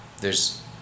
there's-